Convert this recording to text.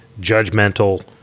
judgmental